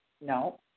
No